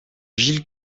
gilles